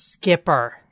Skipper